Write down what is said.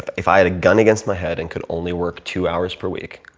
if i had a gun against my head and could only work two hours per week,